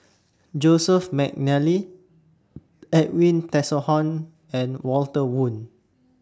Joseph Mcnally Edwin Tessensohn and Walter Woon